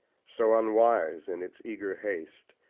so unwise in its eager haste,